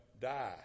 die